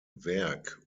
werk